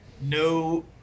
No